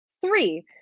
Three